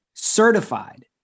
certified